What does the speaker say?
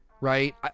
right